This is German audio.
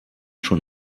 schon